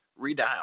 redial